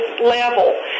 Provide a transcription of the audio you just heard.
level